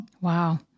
Wow